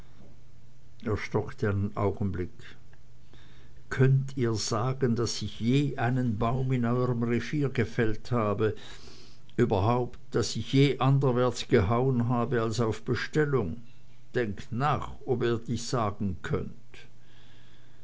einen augenblick könnt ihr sagen daß ich je einen baum in eurem revier gefällt habe überhaupt daß ich je anderwärts gehauen habe als auf bestellung denkt nach ob ihr das sagen könnt